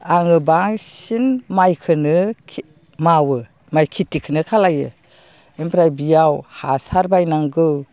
आङो बांसिन माइखौनो मावो माइ खेथिखौनो खालायो ओमफ्राय बियाव हासार बायनांगौ